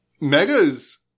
Megas